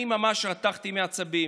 אני ממש רתחתי מעצבים.